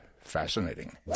fascinating